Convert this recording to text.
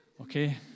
okay